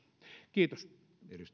kiitos